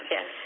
Yes